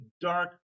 dark